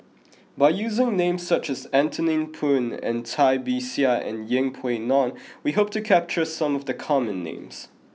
by using names such as Anthony Poon and Cai Bixia and Yeng Pway Ngon we hope to capture some of the common names